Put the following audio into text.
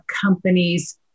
companies